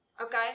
Okay